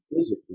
physically